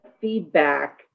feedback